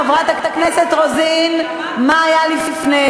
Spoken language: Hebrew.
שאלת, חברת הכנסת רוזין, מה היה לפני.